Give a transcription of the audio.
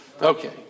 Okay